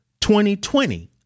2020